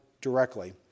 directly